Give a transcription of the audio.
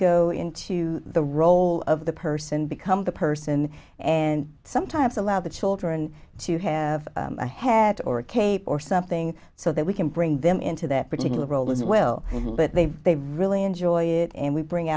go into the role of the person become the person and sometimes allow the children to have a head or a cape or something so that we can bring them into their particular role as well but they they really enjoy it and we bring